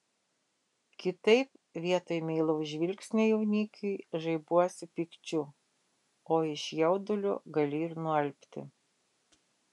kitaip vietoj meilaus žvilgsnio jaunikiui žaibuosi pykčiu o iš jaudulio gali ir nualpti